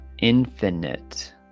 infinite